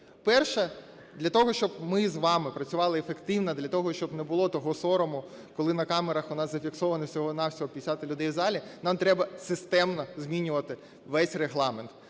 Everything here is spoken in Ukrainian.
перша, для того, щоб ми з вами працювали ефективно, для того, щоб не було того сорому, коли на камерах у нас зафіксовано всього-на-всього 50 людей в залі, нам треба системно змінювати весь Регламент.